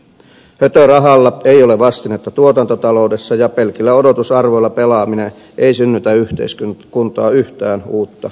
hötörahalla ei ole vastinetta tuotantotaloudessa ja pelkillä odotusarvoilla pelaaminen ei synnytä yhteiskuntaan yhtään uutta jaettavaa